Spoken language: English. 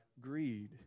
greed